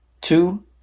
two